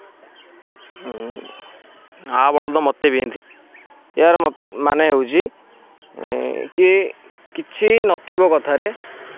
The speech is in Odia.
ଆ ବଳଦ ମତେ ବିନ୍ଧ୍ ଏହାର ମାନେ ହେଉଛି କି କିଛି ନଥିବ କଥାରେ